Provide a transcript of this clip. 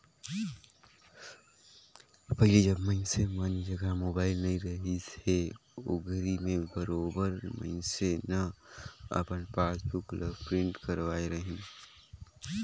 पहिले जब मइनसे मन जघा मोबाईल नइ रहिस हे ओघरी में बरोबर मइनसे न अपन पासबुक ल प्रिंट करवाय रहीन